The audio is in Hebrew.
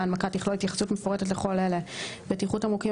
ההנמקה תכלול התייחסות מפורטת לכל אלה: 3.3.1 בטיחות תמרוקים